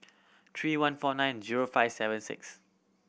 three one four nine zero five seven six